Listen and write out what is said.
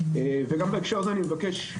וגם בהקשר הזה אני מבקש,